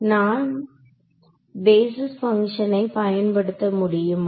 நான் பேஸிஸ் பங்ஷனை பயன்படுத்த முடியுமா